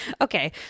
Okay